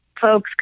folks